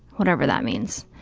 whatever that means,